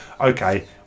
okay